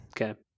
Okay